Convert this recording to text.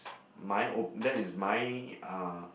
my o~ that is my uh